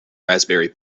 raspberry